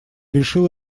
решил